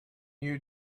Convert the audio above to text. you